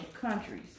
countries